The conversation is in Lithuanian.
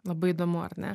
labai įdomu ar ne